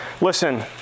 listen